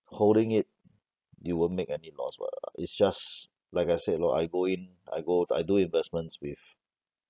holding it you won't make any loss [what] it's just like I said lor I go in I go I do investments with